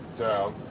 down.